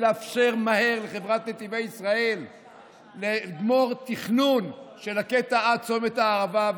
לאפשר מהר לחברת נתיבי ישראל לגמור תכנון של הקטע עד צומת הערבה.